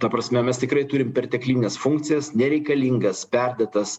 ta prasme mes tikrai turim perteklines funkcijas nereikalingas perdėtas